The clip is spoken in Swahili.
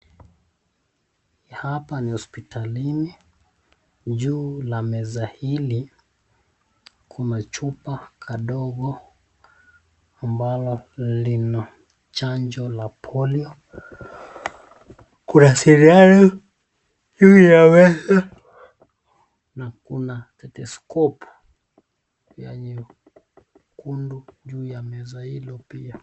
Hapa ni hospitalini, juu la maza hili kuna chupa kadogo ambalo ni la chanjo la polio. Kuna sindano imeweza na kuna stethescope ya nyekundu juu la meza hili pia.